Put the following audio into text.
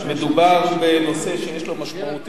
מדובר בנושא שיש לו משמעות